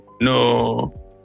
no